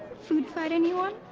food fight, anyone?